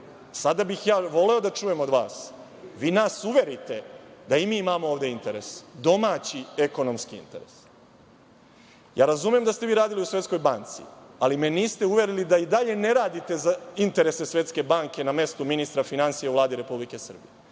bih ja voleo da čujem od vas, vi nas uverite da i mi imamo ovde interes, domaći ekonomski interes. Razumem da ste vi radili u Svetskoj banci, ali me niste uverili da i dalje ne radite za interese Svetske banke na mestu ministra finansija u Vladi Republike Srbije.